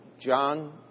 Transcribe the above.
John